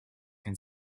can